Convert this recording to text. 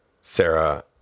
Sarah